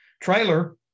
trailer